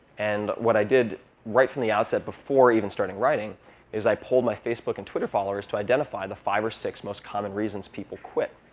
and what i did right from the outset before even starting writing is i polled my facebook and twitter followers to identify the five or six most common reasons people quit.